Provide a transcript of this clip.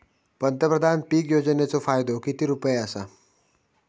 पंतप्रधान पीक योजनेचो फायदो किती रुपये आसा?